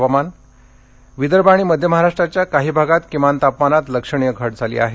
हवामान् विदर्भ आणि मध्य महाराष्ट्राच्या काही भागात किमान तापमानात लक्षणीय घट झाली आहे